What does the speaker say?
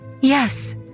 Yes